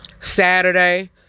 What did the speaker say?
Saturday